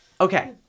okay